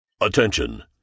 Attention